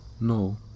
No